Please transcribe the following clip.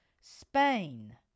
Spain